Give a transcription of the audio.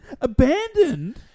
Abandoned